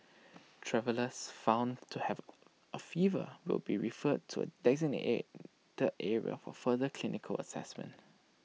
travellers found to have A fever will be referred to A area for further clinical Assessment